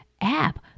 app